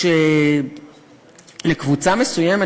שמקבוצה מסוימת